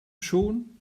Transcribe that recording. schon